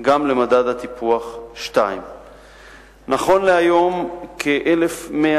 גם למדד הטיפוח 2. נכון להיום כ-1,100